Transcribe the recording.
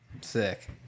Sick